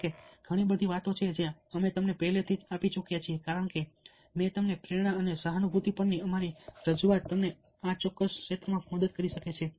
જો કે ઘણી બધી વાતો જે અમે તમને પહેલેથી જ આપી ચૂક્યા છીએ કારણ કે મેં તમને પ્રેરણા અને સહાનુભૂતિ પરની અમારી રજૂઆત તમને આ ચોક્કસ ક્ષેત્રમાં મદદ કરી શકે છે